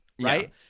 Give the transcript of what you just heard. Right